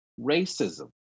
racism